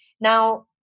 Now